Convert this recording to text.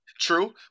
True